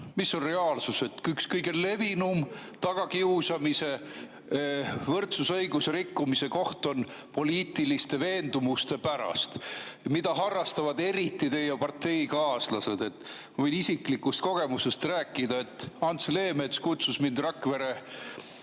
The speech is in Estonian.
mis on reaalsus? Üks kõige levinum tagakiusamise, võrdsusõiguse rikkumise koht on [tagakiusamine] poliitiliste veendumuste pärast, mida harrastavad eriti teie parteikaaslased. Võin isiklikust kogemusest rääkida. Ants Leemets kutsus mind Rakvere